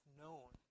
known